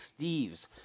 Steves